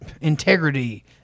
integrity